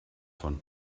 von